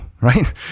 right